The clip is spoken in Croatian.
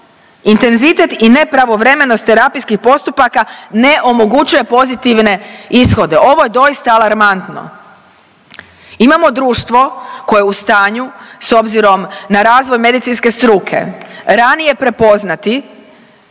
intenzitet i nepravovremenost terapijskih postupaka ne omogućuje pozitivne ishode. Ovo je doista alarmantno. Imamo društvo koje je u stanju s obzirom na razvoj medicinske struke ranije prepoznati